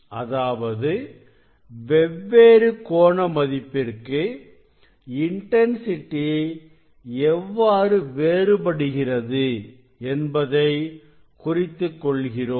அதாவது வெவ்வேறு கோண மதிப்பிற்கு இன்டன்சிட்டி எவ்வாறு வேறுபடுகிறது என்பதை குறித்து கொள்கிறோம்